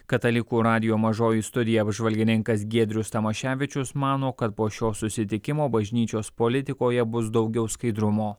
katalikų radijo mažoji studija apžvalgininkas giedrius tamaševičius mano kad po šio susitikimo bažnyčios politikoje bus daugiau skaidrumo